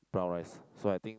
brown rice so I think